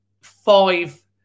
five